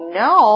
no